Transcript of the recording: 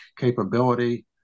capability